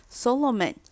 Solomon